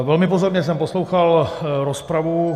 Velmi pozorně jsem poslouchal rozpravu.